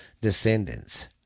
descendants